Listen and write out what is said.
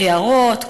בהערות,